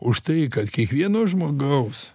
už tai kad kiekvieno žmogaus